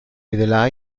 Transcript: vede